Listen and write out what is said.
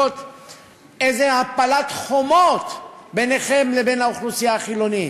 איזה הפלת חומות ביניכם לבין האוכלוסייה החילונית.